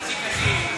חצי קדיש.